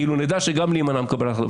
כאילו נדע שגם להימנע מקבלת החלטות.